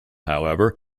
however